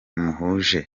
muhuje